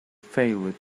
failed